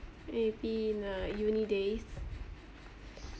maybe in uh uni days